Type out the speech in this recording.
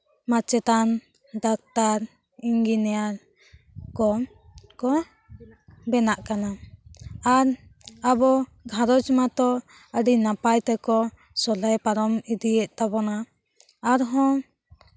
ᱢᱟᱪᱮᱛᱟᱱ doctor engineer ᱠᱚᱠᱚ ᱵᱮᱱᱟᱜ ᱠᱟᱱᱟ ᱟᱨ ᱟᱵᱚ ᱜᱷᱟᱨᱚᱸᱡᱽ ᱢᱟᱛᱚ ᱟᱹᱰᱤ ᱱᱟᱯᱟᱭ ᱛᱮᱠᱚ ᱥᱚᱦᱞᱮ ᱯᱟᱨᱚᱢ ᱤᱫᱤᱭᱮᱜ ᱛᱟᱵᱳᱱᱟ ᱟᱨᱦᱚᱸ